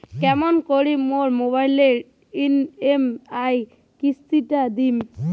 কেমন করি মোর মোবাইলের ই.এম.আই কিস্তি টা দিম?